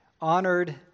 honored